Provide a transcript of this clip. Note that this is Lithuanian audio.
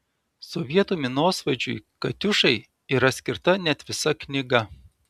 sovietų minosvaidžiui katiušai yra skirta net visa knyga